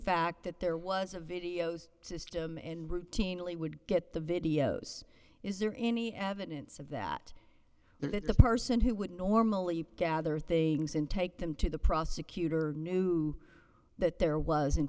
fact that there was a video's system and routinely would get the videos is there any evidence of that there that the person who would normally gather things and take them to the prosecutor knew that there was in